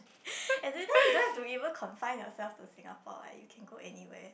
as in then you don't have to even confine yourself to Singapore what you can go anywhere